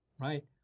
Right